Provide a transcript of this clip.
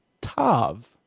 tav